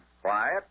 Quiet